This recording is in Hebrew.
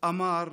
/ אמר: